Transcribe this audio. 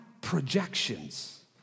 projections